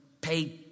pay